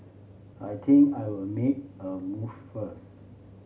I think I'll make a move first